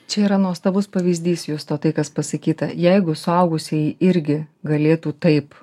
čia yra nuostabus pavyzdys justo tai kas pasakyta jeigu suaugusieji irgi galėtų taip